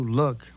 look